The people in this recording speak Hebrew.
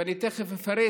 ואני תכף אפרט